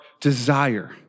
desire